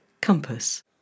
Compass